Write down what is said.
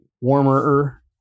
warmer